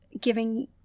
giving